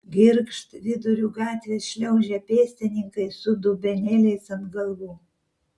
girgžt viduriu gatvės šliaužia pėstininkai su dubenėliais ant galvų